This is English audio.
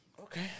Okay